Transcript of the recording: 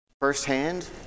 firsthand